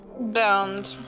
Bound